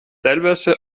teilweise